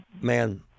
man